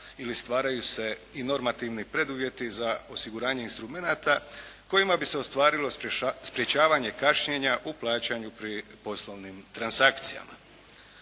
ili stvaraju se i normativni preduvjeti za osiguranje instrumenata kojima bi se ostvarilo sprječavanje kašnjenja u plaćanju pri poslovnim transakcijama.